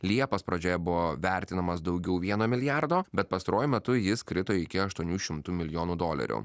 liepos pradžioje buvo vertinamas daugiau vieno milijardo bet pastaruoju metu jis krito iki aštuonių šimtų milijonų dolerių